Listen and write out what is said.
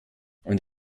und